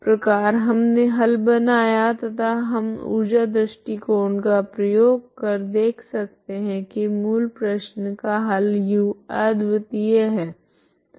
तो इस प्रकार हमने हल बनाया तथा हम ऊर्जा दृष्टिकोण का प्रयोग कर देख सकते है की मूल प्रश्न का हल u अद्वितीय है